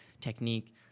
technique